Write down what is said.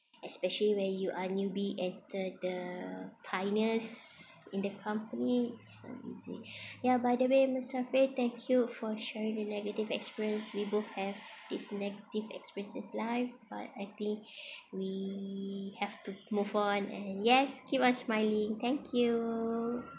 especially when you are newbie at the the pioneers in the company it's not easy ya by the way musafir thank you for sharing the negative experience we both have this negative experiences in life but I think we have to move on and yes keep on smiling thank you